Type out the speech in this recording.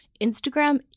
Instagram